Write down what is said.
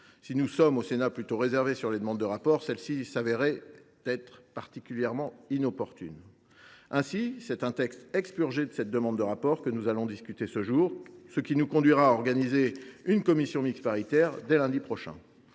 Si nous sommes, au Sénat, plutôt réservés sur les demandes de rapport, celle ci se révélait particulièrement inopportune. Aussi, c’est d’un texte expurgé de cette demande de rapport que nous allons discuter ce jour, ce qui devrait conduire le Gouvernement à réunir une commission mixte paritaire dès lundi prochain.